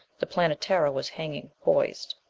the planetara was hanging poised.